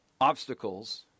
obstacles